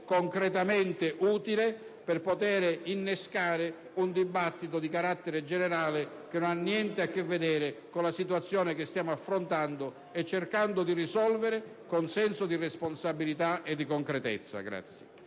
concretamente utile, per poter innescare un dibattito di carattere generale che non ha niente a che vedere con la situazione che stiamo affrontando e cercando di risolvere con senso di responsabilità e concretezza.